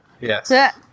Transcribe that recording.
Yes